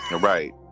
Right